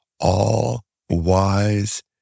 all-wise